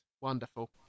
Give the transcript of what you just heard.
Wonderful